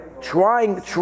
Trying